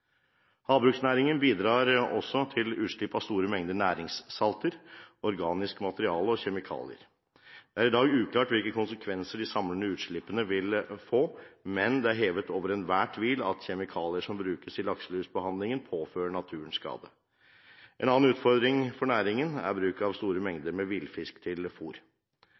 Havbruksnæringen bidrar også til utslipp av store mengder næringssalter, organisk materiale og kjemikalier. Det er i dag uklart hvilke konsekvenser de samlede utslippene vil få, men det er hevet over enhver tvil at kjemikalier som brukes i lakselusbehandlingen, påfører naturen skader. En annen utfordring for næringen er bruk av store mengder villfisk til